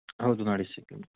हो दोन अडीचशे किलोमीटर